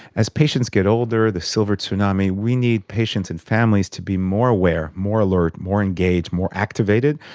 as patients get older, the silver tsunami, we need patients and families to be more aware, more alert, more engaged, more activated,